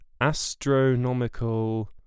astronomical